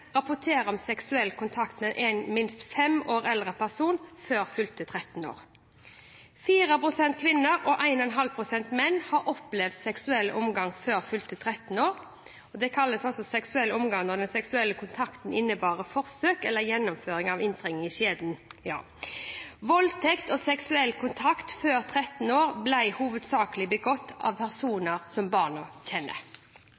om seksuell kontakt med en minst fem år eldre person før fylte 13 år. 4 pst. kvinner og 1,5 pst. menn hadde opplevd seksuell omgang før fylte 13 år. Det kalles seksuell omgang når den seksuelle kontakten innebar forsøkt eller gjennomført inntrengning i skjeden. Voldtekt og seksuell kontakt før 13 år ble hovedsakelig begått av